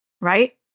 right